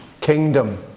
kingdom